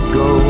go